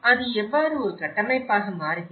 அது எவ்வாறு ஒரு கட்டமைப்பாக மாறுகிறது